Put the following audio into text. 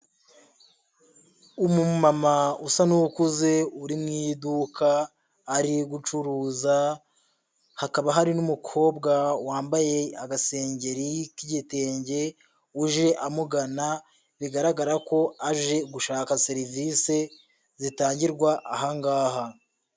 Umumama usa n'ukuze uri mu iduka ari gucuruza, hakaba hari n'umukobwa wambaye agasengeri k'igitenge uje amugana, bigaragara ko aje gushaka serivise zitangirwa aha ngaha.